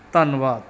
ਧੰਨਵਾਦ